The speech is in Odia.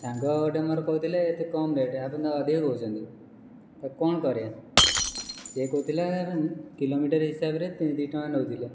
ସାଙ୍ଗ ଗୋଟେ ମୋର କହୁଥିଲେ ଏତେ କମ୍ ରେଟ୍ ଆପଣ ତ ଅଧିକା କହୁଛନ୍ତି ତ କ'ଣ କରିବା ସିଏ କହୁଥିଲେ କ'ଣ ନା କିଲୋମିଟର ହିସାବରେ ଦୁଇ ଟଙ୍କା ନେଉଥିଲ